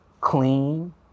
clean